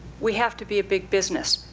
we have to be a big business.